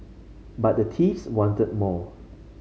but the thieves wanted more